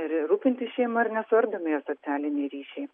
ir rūpintis šeima ir nesuardomi jo socialiniai ryšiai